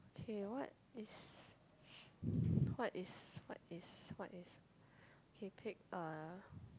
okay what is what is what is what is okay pick a